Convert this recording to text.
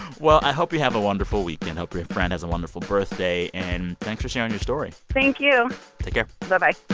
well, i hope you have a wonderful weekend, hope your friend has a wonderful birthday. and thanks for sharing your story thank you take care bye-bye